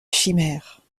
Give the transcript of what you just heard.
chimères